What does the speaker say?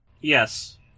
yes